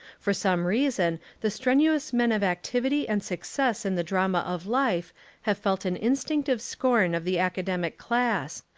for some reason the strenuous men of activity and success in the drama of life have felt an instinctive scorn of the academic class,